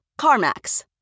CarMax